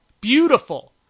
Beautiful